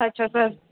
अच्छा सर